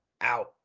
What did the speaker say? out